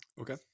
Okay